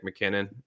mckinnon